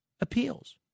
appeals